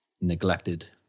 neglected